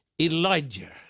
Elijah